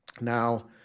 Now